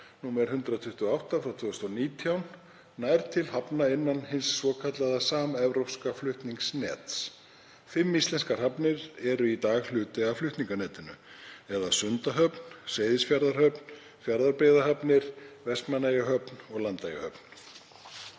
nr. 128/2019, nær til hafna innan hins svokallaða samevrópska flutninganets. Fimm íslenskar hafnir eru í dag hluti af flutninganetinu eða Sundahöfn, Seyðisfjarðarhöfn, Fjarðabyggðahafnir, Vestmannaeyjahöfn og Landeyjahöfn.